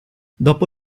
dopo